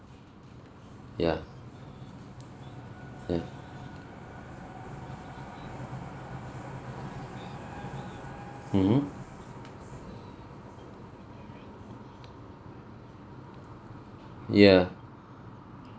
ya ya mmhmm ya